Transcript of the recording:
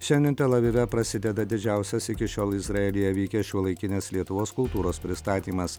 šiandien tel avive prasideda didžiausias iki šiol izraelyje vykęs šiuolaikinės lietuvos kultūros pristatymas